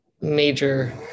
major